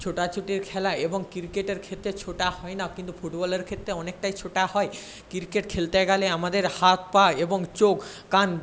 ছোটাছুটির খেলা এবং ক্রিকেটের ক্ষেত্রে ছোটা হয় না কিন্তু ফুটবলের ক্ষেত্রে অনেকটাই ছোটা হয় ক্রিকেট খেলতে গেলে আমাদের হাত পা এবং চোখ কান